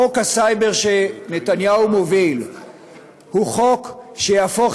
חוק הסייבר שנתניהו מוביל הוא חוק שיהפוך